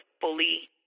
fully